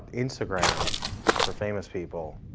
instagram for famous people,